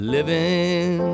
Living